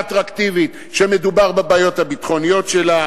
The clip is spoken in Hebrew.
אטרקטיבית כשמדובר בבעיות הביטחוניות שלה,